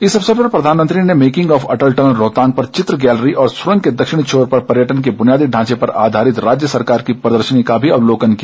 इस अवसर पर प्रधानमंत्री ने making of Atal tunnel Rohtang पर चित्र गैलरी और सुरंग के दक्षिण छोर पर पर्यटन के बुनियादी ढांचे पर आधारित राज्य सरकार की प्रदर्शनी का भी अवलोकन किया